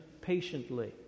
patiently